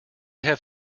have